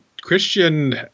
Christian